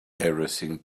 everything